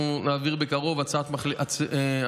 אנחנו נעביר בקרוב הצעת מחליטים,